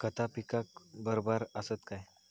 खता पिकाक बराबर आसत काय?